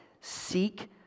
seek